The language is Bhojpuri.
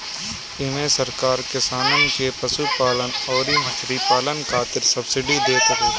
इमे सरकार किसानन के पशुपालन अउरी मछरी पालन खातिर सब्सिडी देत हवे